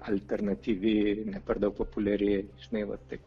alternatyvi ne per daug populiari žinai va taip